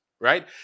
right